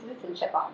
citizenship